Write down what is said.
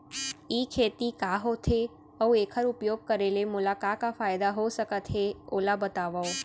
ई खेती का होथे, अऊ एखर उपयोग करे ले मोला का का फायदा हो सकत हे ओला बतावव?